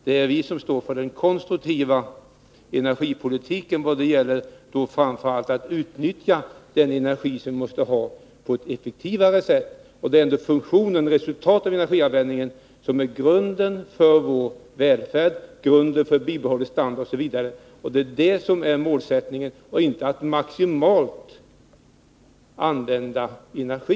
Det är vi som står för den konstruktiva energipolitiken, framför allt när det gäller att på ett effektivare sätt utnyttja den energi som vi måste ha i landet. Det är ändå resultatet av energianvändningen som är grunden för vår välfärd, grunden för bibehållande av standard osv. Det är det som är målet, inte att maximalt använda energi.